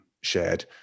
shared